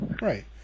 right